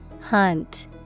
Hunt